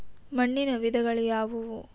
ಮಣ್ಣಿನ ವಿಧಗಳು ಯಾವುವು?